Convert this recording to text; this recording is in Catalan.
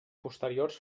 posteriors